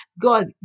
God